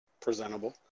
presentable